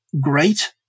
great